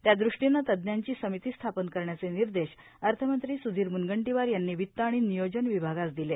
त्यादृष्टीनं तज्ज्ञांची समिती स्थापन करण्याचे निर्देश अर्थमंत्री सुधीर मुनगंटीवार यांनी वित्त आणि नियोजन विभागास दिले